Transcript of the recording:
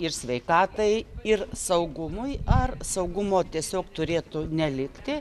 ir sveikatai ir saugumui ar saugumo tiesiog turėtų nelikti